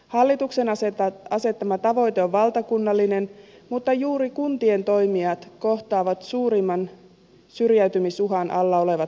hallituksen asettama tavoite on valtakunnallinen mutta juuri kuntien toimijat kohtaavat suurimman syrjäytymisuhan alla olevat nuoret